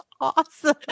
awesome